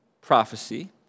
prophecy